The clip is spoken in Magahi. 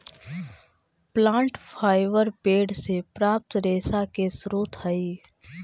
प्लांट फाइबर पेड़ से प्राप्त रेशा के स्रोत हई